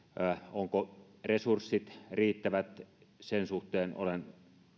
ovatko resurssit riittävät sen suhteen olen